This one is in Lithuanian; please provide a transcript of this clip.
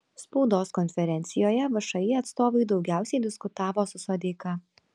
spaudos konferencijoje všį atstovai daugiausiai diskutavo su sodeika